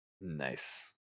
Nice